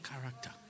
character